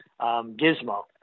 Gizmo